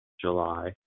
July